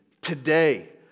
Today